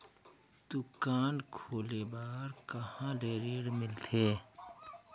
दुकान खोले बार कहा ले ऋण मिलथे?